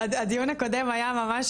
הדיון הקודם היה ממש,